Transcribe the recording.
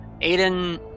Aiden